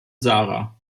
sara